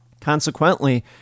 Consequently